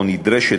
או נדרשת,